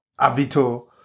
Avito